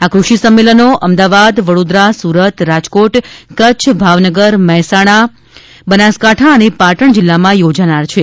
આ ફષિ સંમેલનનો અમદાવાદ વડોદરા સુરત રાજકોટ કચ્છ ભાવનગર મહેસાણા ગોધા બનાસકાંઠા અને પાટણ જિલ્લામાં યોજાનાર છે